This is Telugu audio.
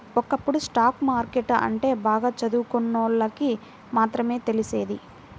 ఒకప్పుడు స్టాక్ మార్కెట్టు అంటే బాగా చదువుకున్నోళ్ళకి మాత్రమే తెలిసేది